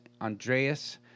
Andreas